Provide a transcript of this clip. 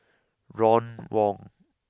Ron Wong